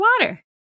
water